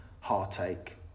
heartache